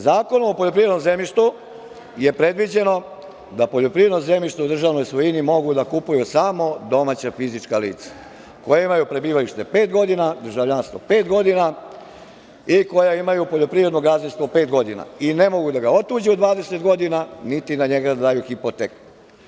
Zakonom o poljoprivrednom zemljištu je predviđeno da poljoprivredno zemljište u državnoj svojini mogu da kupuju samo domaća fizička lica koja imaju prebivalište pet godina, državljanstvo pet godina i koja imaju poljoprivredno gazdinstvo pet godina i ne mogu da ga otuđe 20 godina, niti na njega da daju hipoteku.